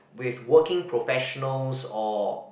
with working professionals or